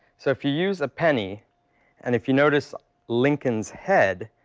so if you use a penny and if you notice lincoln's head.